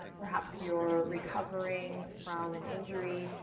perhaps you're recovering from an injury,